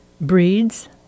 Breeds